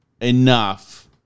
enough